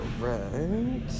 right